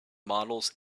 models